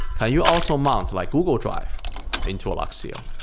can you also mount like google drive into alluxio?